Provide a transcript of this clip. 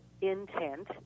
intent